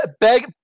beg